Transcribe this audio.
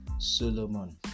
Solomon